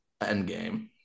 Endgame